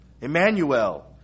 Emmanuel